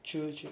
true true